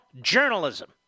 journalism